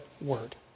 word